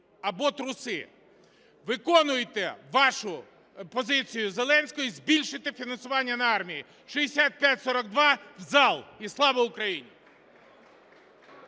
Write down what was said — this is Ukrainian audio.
або труси. Виконуйте вашу позицію Зеленського – збільшити фінансування на армію. 6542 в зал і Слава Україні!